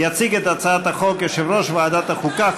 יציג את הצעת החוק יושב-ראש ועדת החוקה,